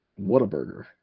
Whataburger